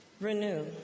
renew